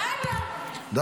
יאללה, אחרי מה שהיה כאן?